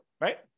right